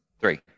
Three